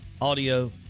audio